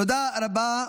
תודה רבה.